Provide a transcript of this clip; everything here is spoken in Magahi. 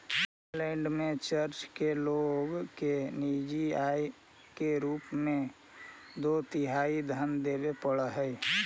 फिनलैंड में चर्च के लोग के निजी आयकर के रूप में दो तिहाई धन देवे पड़ऽ हई